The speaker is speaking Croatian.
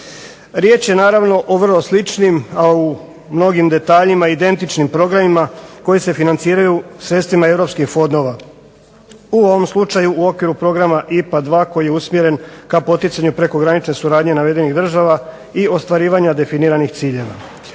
Riječ je naravno o vrlo sličnim, a u mnogim detaljima identičnim programima koji se financiraju sredstvima Europskih fondova, u ovom slučaju u okviru programa IPA 2 koji je usmjeren ka poticanju prekogranične suradnje navedenih država i ostvarivanja navedenih ciljeva.